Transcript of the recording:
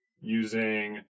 using